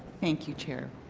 thank you, chair.